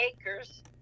Acres